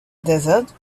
desert